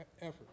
effort